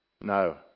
No